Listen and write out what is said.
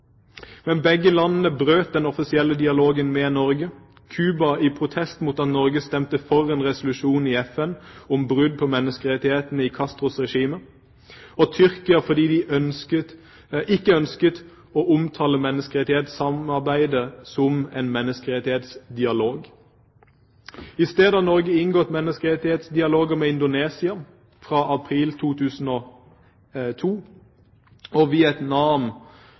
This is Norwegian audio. Men begge landene brøt den offisielle dialogen med Norge – Cuba i protest mot at Norge stemte for en resolusjon i FN om brudd på menneskerettighetene i Castros regime, og Tyrkia fordi de ikke ønsket å omtale menneskerettighetssamarbeidet som en menneskerettighetsdialog. I stedet har Norge inngått menneskerettighetsdialoger med Indonesia fra april 2002 og med Vietnam